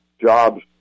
jobs